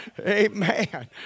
Amen